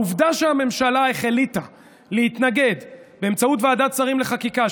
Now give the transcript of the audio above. העובדה שהממשלה החליטה להתנגד באמצעות ועדת שרים לחקיקה,